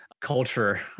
culture